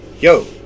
yo